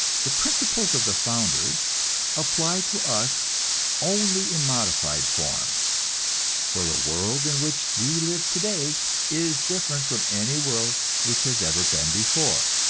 the principles of the founders apply to us only in modified form for the world in which we live today is different from any world which has ever been before,